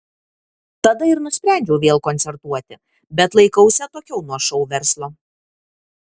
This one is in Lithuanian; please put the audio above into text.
tada ir nusprendžiau vėl koncertuoti bet laikausi atokiau nuo šou verslo